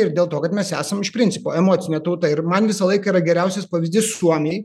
ir dėl to kad mes esam iš principo emocinė tauta ir man visąlaik yra geriausias pavyzdys suomiai